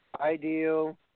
ideal